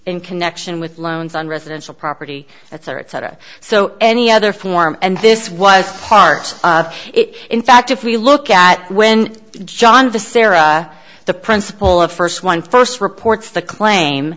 in connection with loans on residential property etc etc so any other form and this was part of it in fact if we look at when john basara the principle of first one first reports the claim